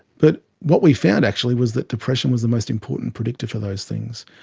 but what we found actually was that depression was the most important predictor for those things.